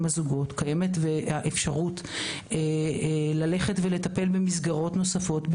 הזוגות קיימת האפשרות ללכת ולטפל במסגרות נוספות,